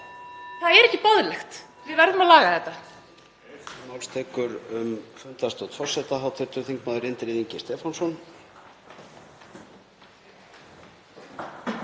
Það er ekki boðlegt. Við verðum að laga þetta.